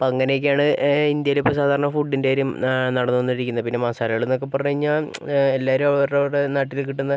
അപ്പോൾ അങ്ങനെ ഒക്കെയാണ് ഇന്ത്യയിൽ ഇപ്പോൾ സാധാരണ ഫുഡിൻ്റെ കാര്യം നടന്ന് വന്നിരിക്കുന്ന പിന്നെ മസാലകൾ എന്നൊക്കെ പറഞ്ഞ് കഴിഞ്ഞാൽ എല്ലാവരും അവര് അവരുടെ നാട്ടില് കിട്ടുന്ന